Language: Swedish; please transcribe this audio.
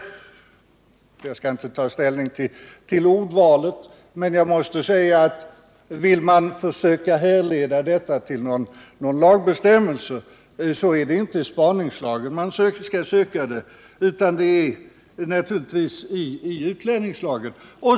Jag skall inte ta ställning till ordvalet. Jag måste dock säga att vill man försöka härleda detta s.k. förakt till någon lagbestämmelse så är det inte i spaningslagen man skall söka utan naturligtvis i utlänningslagen.